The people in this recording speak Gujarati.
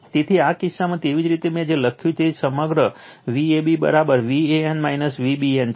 તેથી આ કિસ્સામાં તેવી જ રીતે મેં જે લખ્યું છે તે સમગ્ર Vab Van Vbn છે